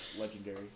legendary